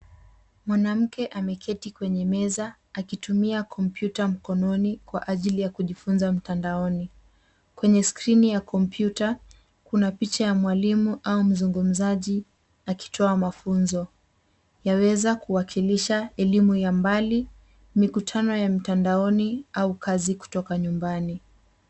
Mwanamke ameketi kwenye meza akitumia kompyuta mkononi kwa ajili ya kujifunza mtandaoni. Kwenye skrini ya kompyuta kuna picha ya mwalimu au mzungumzaji akitoa mafunzo. Yaweza kuwakilisha elimu ya mbali mikutano ya mitandaoni au kazi kutoka nyumbani.